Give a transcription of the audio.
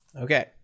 Okay